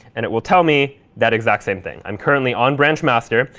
and it will tell me that exact same thing. i'm currently on branch master,